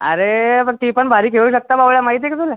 अरे पण ती पण भारी खेळू शकता भावड्या माहीत आहे का तुला